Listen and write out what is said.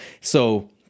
So-